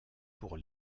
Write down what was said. pour